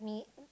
meat